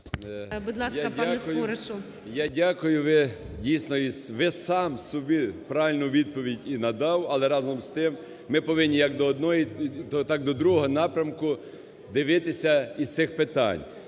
дійсно… Ви самі собі правильну відповідь і надали, але разом з тим, ми повинні як до одного, так і до другого напрямку дивитися з цих питань.